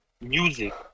music